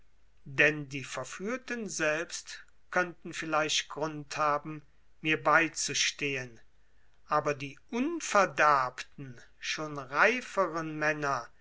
denn die verführten selbst könnten vielleicht grund haben mir beizustehen aber die unverderbten schon reiferen männer